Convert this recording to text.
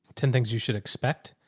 ten things, you should expect,